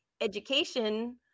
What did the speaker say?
education